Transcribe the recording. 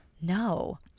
No